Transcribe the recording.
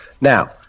Now